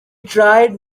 tried